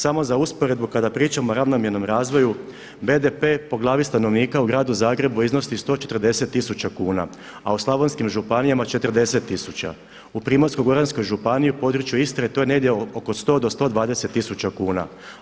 Samo za usporedbu kada pričamo o ravnomjernom razvoju BDP po glavni stanovnika u Gradu Zagrebu iznosi 140 tisuća kuna, a u slavonskim županijama 40 tisuća, u Primorsko-goranskoj županiji u području Istre to je negdje oko 100 do 120 tisuća kuna.